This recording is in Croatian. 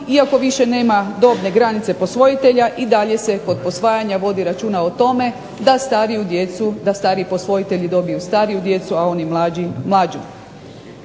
iako više nema dobne granice posvojitelja i dalje se kod posvajanja vodi računa o tome da stariji posvojitelji dobiju stariju djecu a oni mlađi mlađu.